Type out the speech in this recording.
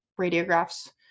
radiographs